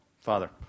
Father